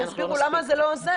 הם יסבירו למה זה לא עוזר.